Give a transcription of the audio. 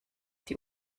die